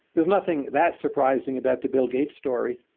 there's nothing that surprising about the bill gates story.